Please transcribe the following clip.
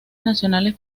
nacionales